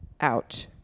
out